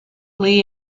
lee